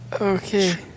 Okay